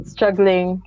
Struggling